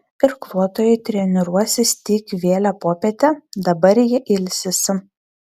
irkluotojai treniruosis tik vėlią popietę dabar jie ilsisi